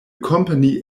company